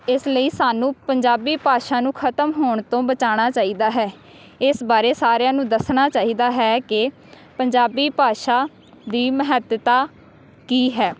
ਇਸ ਲਈ ਸਾਨੂੰ ਪੰਜਾਬੀ ਭਾਸ਼ਾ ਨੂੰ ਖਤਮ ਹੋਣ ਤੋਂ ਬਚਾਉਣਾ ਚਾਹੀਦਾ ਹੈ ਇਸ ਬਾਰੇ ਸਾਰਿਆਂ ਨੂੰ ਦੱਸਣਾ ਚਾਹੀਦਾ ਹੈ ਕਿ ਪੰਜਾਬੀ ਭਾਸ਼ਾ ਦੀ ਮਹੱਤਤਾ ਕੀ ਹੈ